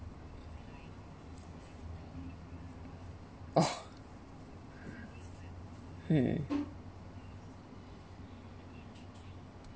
oh mm